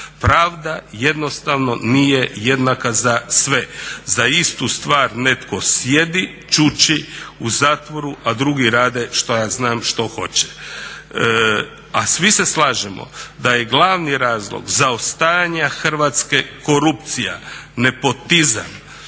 Pravda jednostavno nije jednaka za sve. Za istu stvar netko sjedi, čuči u zatvoru, a drugi rade šta ja znam što hoće. A svi se slažemo da je glavni razlog zaostajanja Hrvatske korupcija, nepotizam,